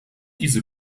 diese